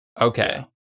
Okay